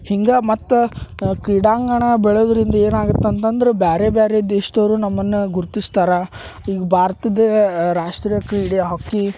ಹಿಂಗೆ ಮತ್ತು ಕ್ರೀಡಾಂಗಣ ಬೆಳೆದರಿಂದ ಏನಾಗತ್ತೆ ಅಂತಂದ್ರ ಬ್ಯಾರೆ ಬ್ಯಾರೆ ದೇಶ್ದವರು ನಮ್ಮನ್ನ ಗುರ್ತಿಸ್ತಾರೆ ಈಗ ಭಾರತದ ರಾಷ್ಟ್ರ ಕ್ರೀಡೆ ಹಾಕಿ